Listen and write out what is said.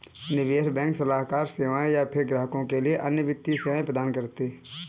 निवेश बैंक सलाहकार सेवाएँ या फ़िर ग्राहकों के लिए अन्य वित्तीय सेवाएँ प्रदान करती है